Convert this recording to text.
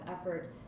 effort